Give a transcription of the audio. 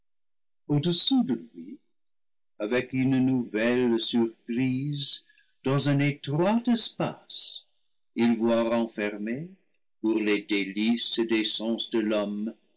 avec une nouvelle surprise dans un étroit espace il voit renfermée pour les délices des sens de l'homme